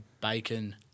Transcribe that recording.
bacon